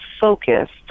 focused